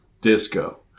disco